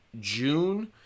June